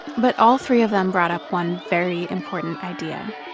but all three of them brought up one very important idea.